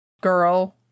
girl